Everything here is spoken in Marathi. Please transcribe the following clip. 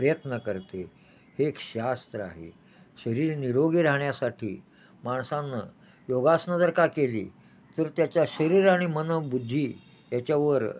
प्रयत्न करते हे एक शास्त्र आहे शरीर निरोगी राहण्यासाठी माणसानं योगासनं जर का केली तर त्याच्या शरीर आणि मन बुद्धी याच्यावर